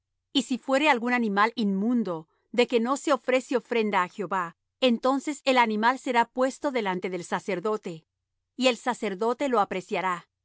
y si fuere algún animal inmundo de que no se ofrece ofrenda á jehová entonces el animal será puesto delante del sacerdote y el sacerdote lo apreciará